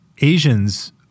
Asians